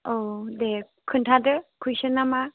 औ दे खोन्थादो कुइसोना मा